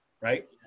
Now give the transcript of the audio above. right